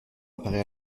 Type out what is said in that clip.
apparaît